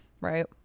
Right